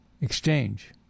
exchange